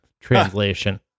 translation